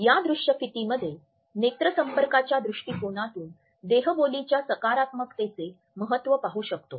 या दृश्यफितीमध्ये नेत्रसंपर्काच्या दृष्टीकोनातून देहबोलीच्या सकारात्मकतेचे महत्त्व पाहू शकतो